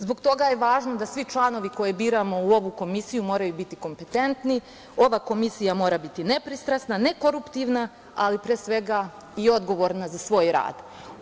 Zbog toga je važno da svi članovi koje biramo u ovu Komisiju moraju biti kompetentni, ova Komisija mora biti nepristrasna, nekoruptivna, ali pre svega i odgovorna za svoj rad.